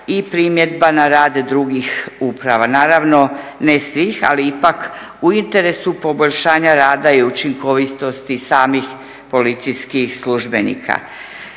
razumije./… drugih uprava. Naravno ne svih ali ipak u interesu poboljšanja rada i učinkovitosti samih policijskih službenika.